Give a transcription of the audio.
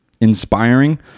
inspiring